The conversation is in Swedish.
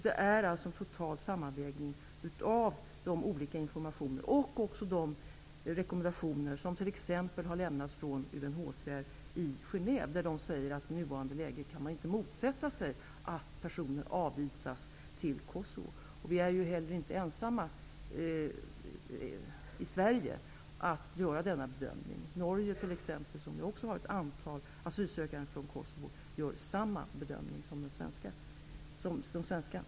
Det är en total sammanvägning av de informationer och rekommendationer som exempelvis lämnats av UNHCR i Genève, nämligen att man i nuvarande läge inte kan motsätta sig att personer avvisas till Kosovo. Vi i Sverige är inte heller ensamma om att göra denna bedömning. I exempelvis Norge, där det också finns ett antal asylsökande från Kosovo, gör man samma bedömning som de svenska myndigheterna gör.